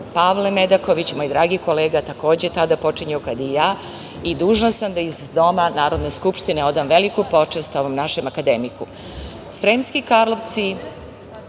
Pavle Medaković, moj dragi kolega, takođe počinjao kada i ja. Dužna sam da iz Doma Narodne skupštine odam veliku počast ovom našem akademiku. Sremski Karlovci